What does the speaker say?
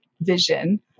vision